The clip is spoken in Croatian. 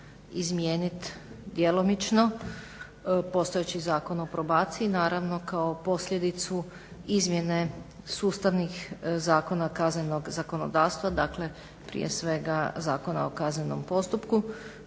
izmijeniti djelomično postojeći Zakon o probaciji naravno kao posljedicu izmjene sustavnih zakona kaznenog zakonodavstva dakle prije svega Zakona o kaznenom postupku